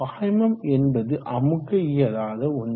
பாய்மம் என்பது அமுக்க இயலாத ஒன்று